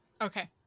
Okay